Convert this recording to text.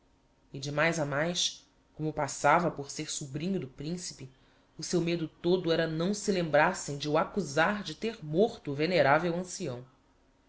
e de mais a mais como passava por ser sobrinho do principe o seu medo todo era não se lembrassem de o accusar de ter morto o veneravel ancião